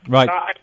Right